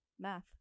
Math